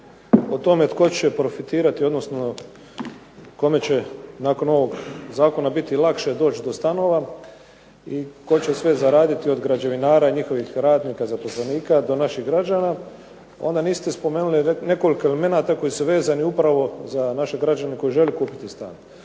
o tome tko će profitirati odnosno kome će nakon ovog zakona biti lakše doći do stanova i tko će sve zaraditi od građevinara i njihovih radnika zaposlenika do naših građana onda niste spomenuli nekoliko elemenata koji su vezani upravo za naše građane koji žele kupiti stan.